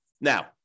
Now